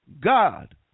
God